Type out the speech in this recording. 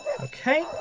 Okay